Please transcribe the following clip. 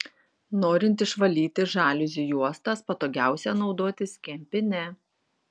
norint išvalyti žaliuzių juostas patogiausia naudotis kempine